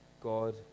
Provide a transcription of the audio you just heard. God